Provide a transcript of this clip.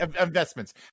Investments